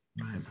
Right